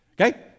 Okay